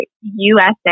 USA